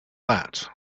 that